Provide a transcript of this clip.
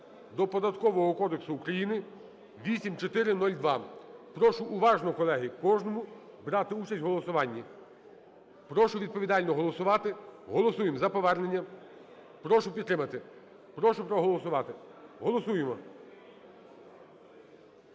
до Податкового кодексу України (8402). Прошу уважно, колеги, кожному брати участь у голосуванні. Прошу відповідально голосувати, голосуємо за повернення, прошу підтримати, прошу проголосувати, голосуємо.